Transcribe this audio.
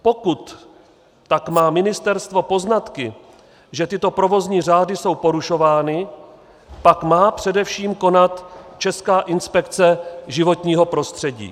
Pokud tak má ministerstvo poznatky, že tyto provozní řády jsou porušovány, pak má především konat Česká inspekce životního prostředí.